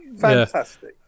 Fantastic